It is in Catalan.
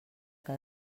que